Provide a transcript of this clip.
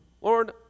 Lord